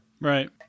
Right